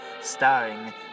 starring